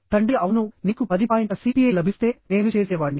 తండ్రిః అవును నీకు 10 పాయింట్ల CPI లభిస్తే నేను చేసేవాడిని